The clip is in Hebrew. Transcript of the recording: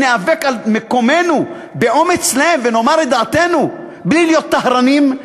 אם ניאבק על מקומנו באומץ לב ונאמר את דעתנו בלי להיות טהרנים,